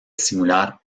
simular